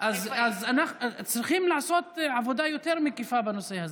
אז צריכים לעשות עבודה יותר מקיפה בנושא הזה.